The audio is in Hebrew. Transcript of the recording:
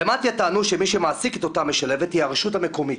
במתי"א טענו שמי שמעסיק את אותה משלבת היא הרשות המקומית.